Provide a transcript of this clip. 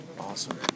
Awesome